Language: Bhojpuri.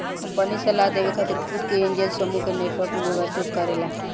कंपनी सलाह देवे खातिर खुद के एंजेल समूह के नेटवर्क में व्यवस्थित करेला